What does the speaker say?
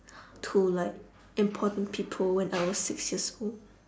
to like important people when I was six years old